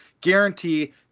Guarantee